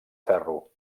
ferro